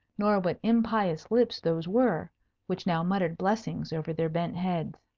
nor what impious lips those were which now muttered blessings over their bent heads.